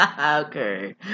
Okay